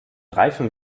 reifen